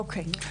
אוקי.